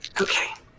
Okay